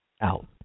out